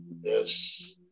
Yes